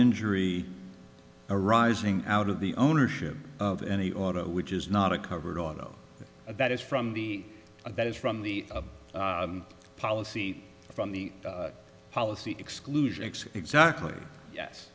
injury arising out of the ownership of any auto which is not a covered auto that is from the that is from the policy from the policy exclusion acts exactly yes